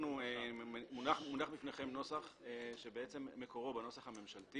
מונח בפניכם נוסח שמקורו בנוסח הממשלתי